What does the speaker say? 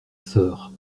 sœur